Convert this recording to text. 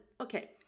okay